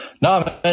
No